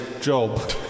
job